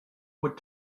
what